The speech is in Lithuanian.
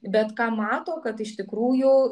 bet ką mato kad iš tikrųjų